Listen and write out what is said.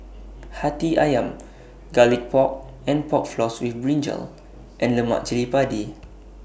Hati Ayam Garlic Pork and Pork Floss with Brinjal and Lemak Cili Padi